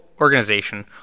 organization